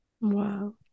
Wow